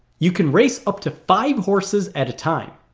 you can race up to five horses at a time